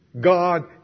God